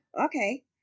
Okay